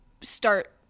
start